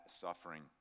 suffering